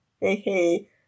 Hey